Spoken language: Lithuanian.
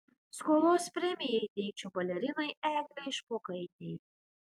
skolos premiją įteikčiau balerinai eglei špokaitei